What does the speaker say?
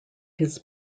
his